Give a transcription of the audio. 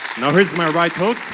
now here's my right code.